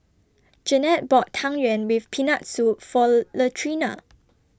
Janette bought Tang Yuen with Peanut Soup For Latrina